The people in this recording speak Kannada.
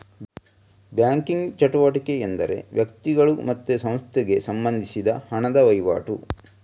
ಬ್ಯಾಂಕಿಂಗ್ ಚಟುವಟಿಕೆ ಎಂದರೆ ವ್ಯಕ್ತಿಗಳು ಮತ್ತೆ ಸಂಸ್ಥೆಗೆ ಸಂಬಂಧಿಸಿದ ಹಣದ ವೈವಾಟು